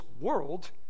world